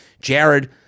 Jared